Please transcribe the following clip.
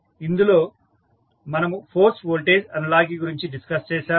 ఇందులో మనము force voltage analogy గురించి డిస్కస్ చేసాము